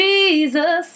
Jesus